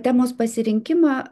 temos pasirinkimą